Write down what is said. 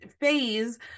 phase